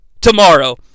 tomorrow